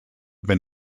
been